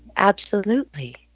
absolutely.